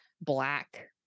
black